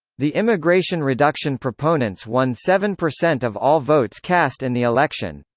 the immigration reduction proponents won seven percent of all votes cast in the election.